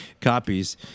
copies